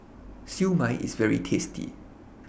Siew Mai IS very tasty